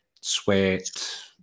Sweat